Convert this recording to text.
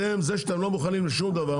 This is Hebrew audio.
אתם, זה שאתם לא מוכנים לשום דבר.